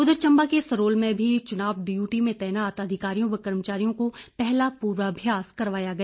उधर चंबा के सरोल में भी चुनाव डियूटी में तैनात अधिकारियों व कर्मचारियों को पहला पूर्वाभ्यास करवाया गया